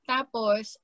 Tapos